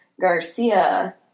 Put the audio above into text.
Garcia